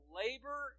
labor